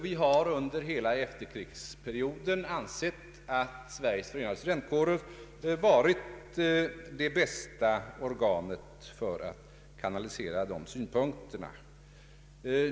Vi har under hela efterkrigsperioden ansett att Sveriges förenade studentkårer varit det bästa organet för att kanalisera dessa synpunkter.